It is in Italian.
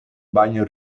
bagno